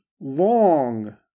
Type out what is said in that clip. long